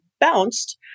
bounced